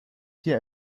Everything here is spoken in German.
hier